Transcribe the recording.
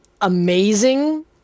amazing